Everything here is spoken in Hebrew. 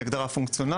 היא הגדרה פונקציונלית,